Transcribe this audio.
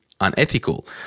unethical